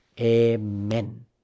Amen